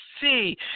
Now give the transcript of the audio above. see